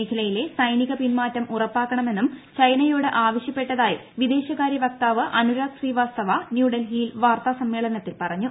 മേഖലയിലെ സൈനിക പിന്മാറ്റം ഉറപ്പാക്കണമെന്നും ചൈനയോട് ആവശ്യപ്പെട്ടതായി വിദേശകാര്യ വക്താവ് അനുരാഗ് ശ്രീവാസ്തവ ് ന്യൂഡൽഹിയിൽ വാർത്താസമ്മേളനത്തിൽ പറഞ്ഞു